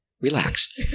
relax